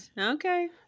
Okay